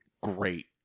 great